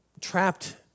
trapped